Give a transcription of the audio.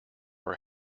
are